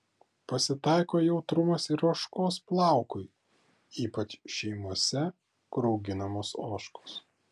pasitaiko jautrumas ir ožkos plaukui ypač šeimose kur auginamos ožkos